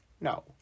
No